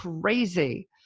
crazy